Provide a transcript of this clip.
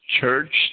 church